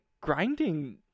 grinding